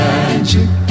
Magic